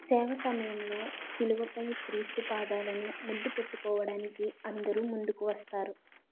సేవ సమయంలో సిలువపై క్రీస్తు పాదాలను ముద్దుపెట్టుకోవడానికి అందరూ ముందుకు వస్తారు